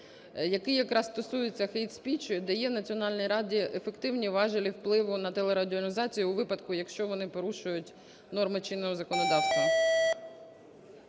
який якраз стосується hate speech, дає Національній раді ефективні важелі впливу на телерадіоорганізації у випадку, якщо вони порушують норми чинного законодавства.